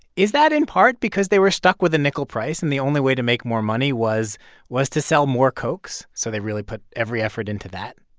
is that in part because they were stuck with the nickel price, and the only way to make more money was was to sell more cokes, so they really put every effort into that?